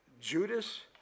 Judas